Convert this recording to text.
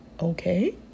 okay